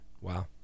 Wow